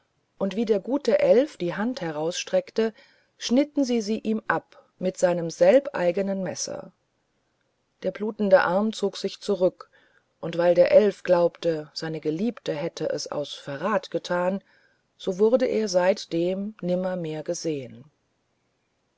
und wie der gute elf die hand herausstreckte schnitten sie sie ihm ab mit seinem selbeigenen messer der blutende arm zog sich zurück und weil der elf glaubte seine geliebte hätte es aus verrath gethan so wurde er seitdem nimmermehr gesehen